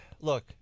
look